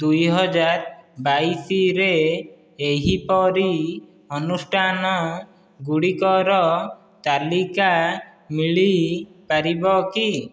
ଦୁଇ ହଜାର ବାଇଶିରେ ଏହିପରି ଅନୁଷ୍ଠାନ ଗୁଡ଼ିକର ତାଲିକା ମିଳିପାରିବ କି